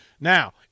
Now